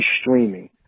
streaming